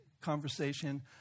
conversation